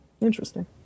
Interesting